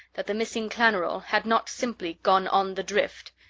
that the missing klanerol had not simply gone on the drift.